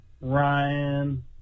ryan